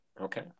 Okay